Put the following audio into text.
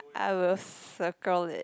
I will circle it